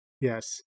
Yes